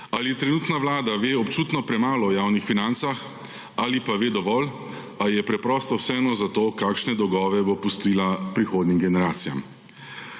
ali trenutna vlada ve občutno premalo o javnih financah ali pa ve dovolj, a ji je preprosto vseeno za to, kakšne dolgove bo pustila prihodnjim generacijam.